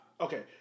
Okay